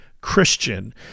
Christian